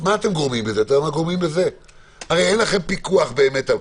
הרי אין לכם פיקוח באמת,